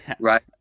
right